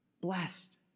blessed